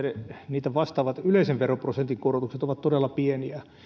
niitä vastaavat yleisen veroprosentin korotukset ovat todella pieniä